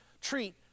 treat